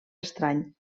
estrany